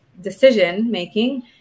decision-making